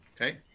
Okay